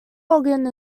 organ